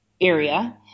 area